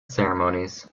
ceremonies